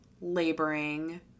laboring